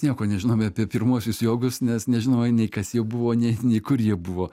nieko nežinome apie pirmuosius jogus nes nežinoma nei kas jie buvo nei kur jie buvo